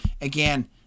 again